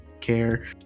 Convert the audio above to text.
care